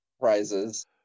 prizes